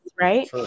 Right